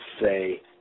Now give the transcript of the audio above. say